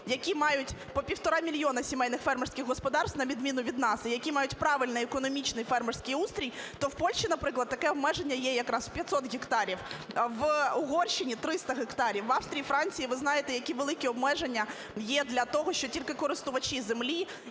які мають по півтора мільйона сімейних фермерських господарств на відміну від нас і які мають правильний економічний фермерський устрій, то в Польщі, наприклад, таке обмеження є якраз в 500 гектарів, в Угорщині – 300 гектарів, в Австрії і Франції ви знаєте, які великі обмеження є для того, що тільки користувачі землі,